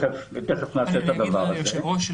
היושב-ראש,